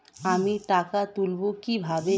আমি টাকা তুলবো কি ভাবে?